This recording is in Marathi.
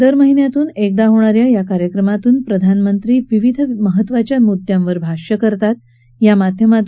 दर महिन्यातून एकदा होणा या या कार्यक्रमातून प्रधानमंत्री विविध महत्वाच्या मुद्यांवर भाष्य करतात